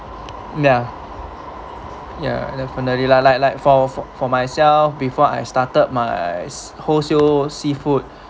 ya ya definitely lah like like for for for myself before I started my wholesale seafood